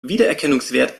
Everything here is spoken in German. wiedererkennungswert